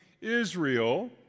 Israel